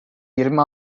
yirmi